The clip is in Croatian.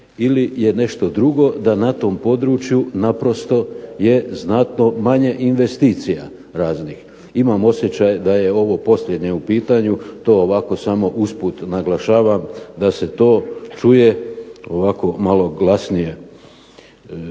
ili je nešto drugo da na tom području naprosto je znatno manje investicija raznih. Imam osjećaj da je ovo posljednje u pitanju, to ovako samo usput naglašavam da se to čuje ovako malo glasnije.